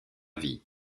vie